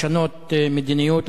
לשנות מדיניות,